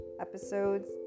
Episodes